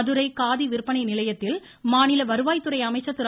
மதுரை காதி விற்பனை நிலையத்தில் மாநில வருவாய்த்துறை அமைச்சர் திரு